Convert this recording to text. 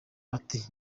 ati